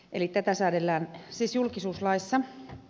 eli tätä säädellään siis julkisuuslaissa